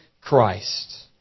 Christ